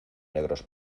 negros